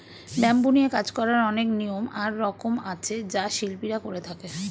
bamboo নিয়ে কাজ করার অনেক নিয়ম আর রকম আছে যা শিল্পীরা করে থাকে